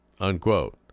Unquote